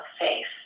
safe